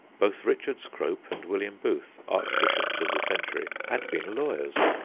both richard scrope and william booth, archbishops of the century, had been lawyers.